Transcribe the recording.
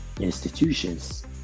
institutions